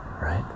right